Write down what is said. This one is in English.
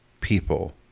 people